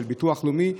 של ביטוח לאומי,